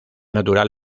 natural